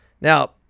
Now